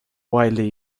widely